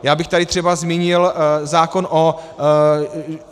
Třeba bych tady zmínil zákon